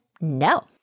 no